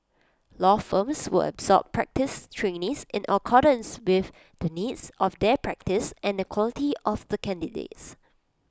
law firms will absorb practice trainees in accordance with the needs of their practice and the quality of the candidates